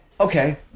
okay